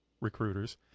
recruiters